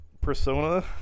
persona